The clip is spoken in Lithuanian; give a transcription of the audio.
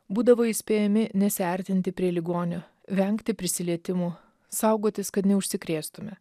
būdavo įspėjami nesiartinti prie ligonio vengti prisilietimų saugotis kad neužsikrėstume